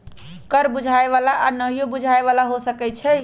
कर बुझाय बला आऽ नहियो बुझाय बला हो सकै छइ